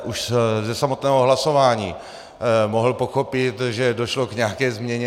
Už ze samotného hlasování mohl pochopit, že došlo k nějaké změně.